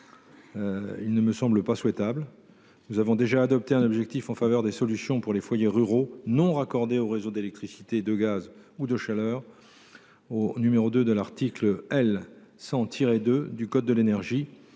qui ne me semble pas souhaitable. Nous avons déjà défini un objectif en faveur des solutions pour les foyers ruraux non raccordés aux réseaux d’électricité, de gaz ou de chaleur au 2° de l’article L. 100 2 du code de l’énergie